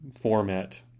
format